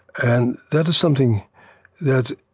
and that is something that